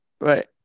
Right